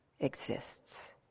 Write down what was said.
exists